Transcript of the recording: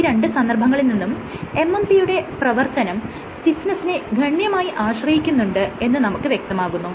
ഈ രണ്ട് സന്ദർഭങ്ങളിൽ നിന്നും MMP യുടെ പ്രവർത്തനം സ്റ്റിഫ്നെസ്സിനെ ഗണ്യമായി ആശ്രയിക്കുന്നുണ്ട് എന്ന് നമുക്ക് വ്യക്തമാകുന്നു